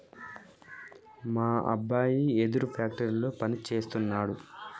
మా అబ్బాయి వెదురు ఫ్యాక్టరీలో పని సేస్తున్నాడు